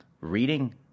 reading